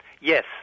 yes